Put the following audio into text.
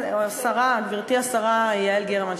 גברתי השרה יעל גרמן,